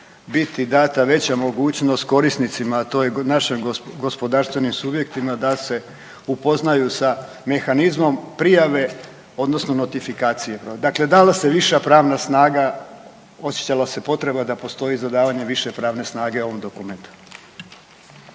biti dana veća mogućnost korisnicima to je našim gospodarstvenim subjektima da se upoznaju sa mehanizmom prijave odnosno notifikacije. Dakle, dala se viša pravna snaga, osjećala se potreba da postoji za davanje više pravne snage ovom dokumentu.